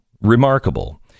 Remarkable